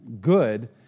good